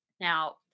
Now